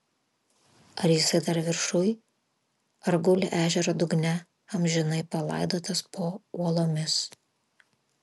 ar jisai dar viršuj ar guli ežero dugne amžinai palaidotas po uolomis